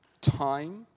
time